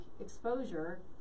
exposure